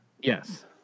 yes